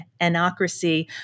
anocracy